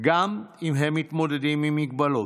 גם אם הם מתמודדים עם מגבלות.